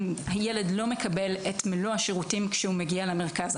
אם הילד לא מקבל את מלוא השירותים כשהוא מגיע למרכז.